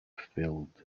filled